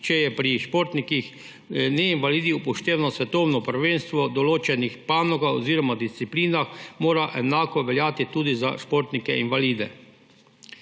če je pri športnikih neinvalidih upoštevano svetovno prvenstvo v določenih panogah oziroma disciplinah, mora enako veljati tudi za športnike invalide.